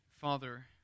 Father